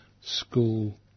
school